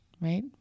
right